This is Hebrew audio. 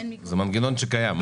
זה מנגנון שקיים.